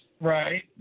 Right